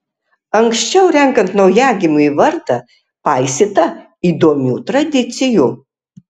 anksčiau renkant naujagimiui vardą paisyta įdomių tradicijų